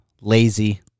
lazy